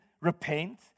repent